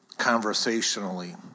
Conversationally